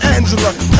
Angela